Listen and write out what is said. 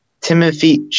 Timothy